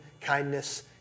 kindness